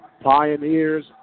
Pioneers